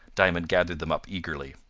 diamond gathered them up eagerly.